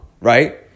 right